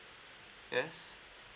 yes